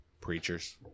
preachers